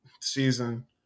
season